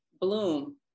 Bloom